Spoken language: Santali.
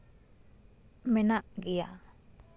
ᱢᱮᱱᱟᱜ ᱜᱮᱭᱟ